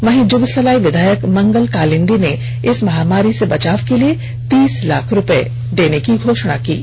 वहीं जुगसलाई विधायक मंगल कालिंदी ने इस महामारी से बचाव के लिए तीस लाख रूपये देने की घोषणा की है